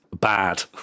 Bad